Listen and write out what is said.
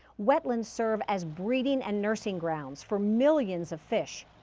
wetlands serve as breeding and nursing grounds for millions of fish.